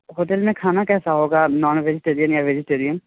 hotel में खाना कैसा होगा अब नॉन वेजिटेरियन या वेजिटेरियन